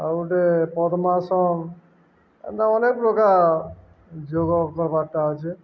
ଆଉ ଗୋଟେ ପଦ୍ମାସନ ଏନ୍ତା ଅନେକ ପ୍ରକାର ଯୋଗ କରବାରଟା ଅଛେ